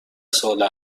ساله